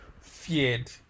feared